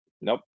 Nope